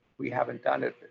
we haven't done it.